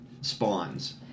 spawns